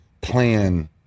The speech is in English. plan